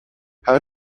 how